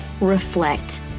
reflect